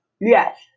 Yes